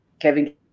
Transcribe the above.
Kevin